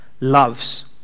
loves